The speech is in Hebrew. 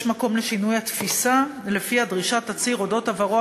יש מקום לשינוי התפיסה שלפיה דרישת תצהיר על עברו